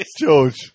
George